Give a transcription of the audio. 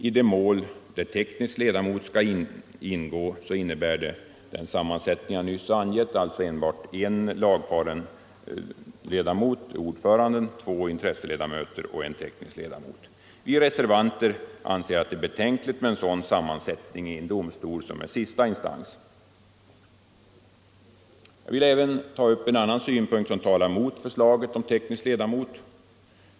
I de mål där teknisk ledamot skall ingå innebär den sammansättning som jag nyss har angivit att man bara har en lagfaren ledamot, ordföranden, två intresseledamöter och den tekniske ledamoten. Vi reservanter anser det betänkligt med en sådan sammansättning i en domstol som är sista instans. Jag vill även ta upp en annan synpunkt som talar mot förslaget om teknisk ledamot.